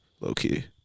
low-key